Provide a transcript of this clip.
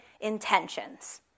intentions